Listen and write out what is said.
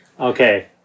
Okay